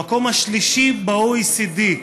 המקום השלישי ב-OECD,